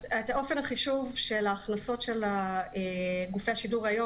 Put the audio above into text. אז אופן החישוב של הכנסות של גופי השידור היום